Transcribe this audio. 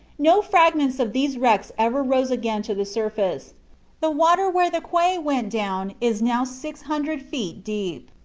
no fragments of these wrecks ever rose again to the surface the water where the quay went down is now six hundred feet deep.